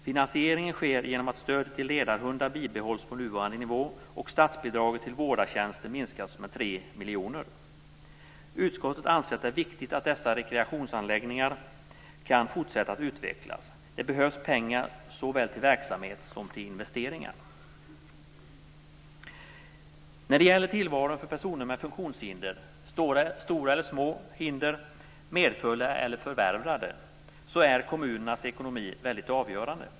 Finansieringen sker genom att stödet till ledarhundar behålls på nuvarande nivå, och genom att statsbidraget till vårdartjänster minskas med 3 miljoner. Utskottet anser att det är viktigt att dessa rekreationsanläggningar kan fortsätta att utvecklas. Det behövs pengar såväl till verksamhet som till investeringar. När det gäller tillvaron för personer med funktionshinder, stora eller små hinder, medfödda eller förvärvade, så är kommunernas ekonomi väldigt avgörande.